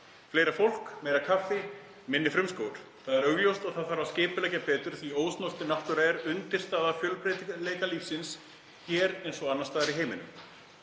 Fleira fólk, meira kaffi, minni frumskógur. Það er augljóst að það þarf að skipuleggja betur því ósnortin náttúra er undirstaða fjölbreytileika lífsins hér eins og annars staðar í heiminum.